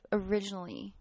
originally